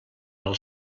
del